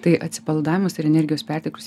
tai atsipalaidavimas ir energijos perteklius